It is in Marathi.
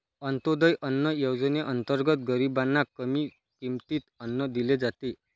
अंत्योदय अन्न योजनेअंतर्गत गरीबांना कमी किमतीत अन्न दिले जाते